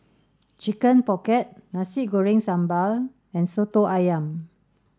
Chicken Pocket Nasi Goreng Sambal and Soto Ayam